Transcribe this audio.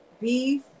beef